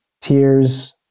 tears